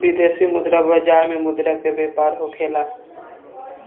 विदेशी मुद्रा बाजार में मुद्रा के व्यापार होखेला